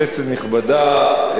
כנסת נכבדה,